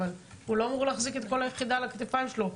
אבל הוא לא אמור להחזיק את כל היחידה על הכתפיים שלו.